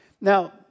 Now